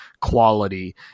quality